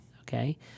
Okay